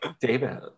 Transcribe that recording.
David